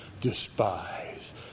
despise